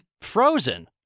frozen